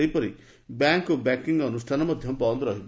ସେହିପରି ବ୍ୟାଙ୍କ ଓ ବ୍ୟାଙ୍କିଂ ଅନୁଷ୍ଠାନ ମଧ ବନ୍ଦ ରହିବ